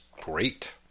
great